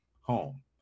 home